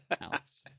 Alex